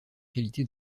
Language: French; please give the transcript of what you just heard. qualité